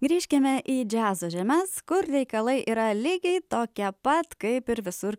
grįžkime į džiazo žemes kur reikalai yra lygiai tokie pat kaip ir visur